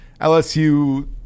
LSU